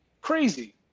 crazy